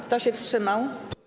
Kto się wstrzymał?